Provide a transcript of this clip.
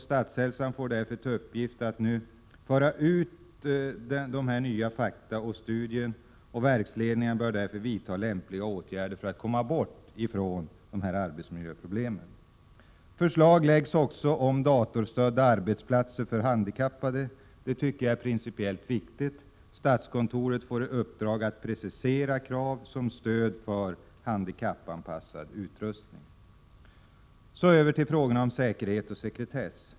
Statshälsan får därför till uppgift att föra ut dessa fakta från studien till verksledningarna, som bör vidta lämpliga åtgärder för att komma bort från Förslag läggs också fram om datorstödda arbetsplatser för handikappade. 18 maj 1988 Det tycker jag är principiellt viktigt. Statskontoret får i uppdrag att precisera de krav som måste ställas på handikappanpassad utrustning. Sedan några ord om säkerhet och sekretess.